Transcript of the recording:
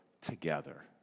together